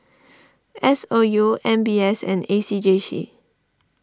S O U M B S and A C J C